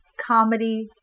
comedy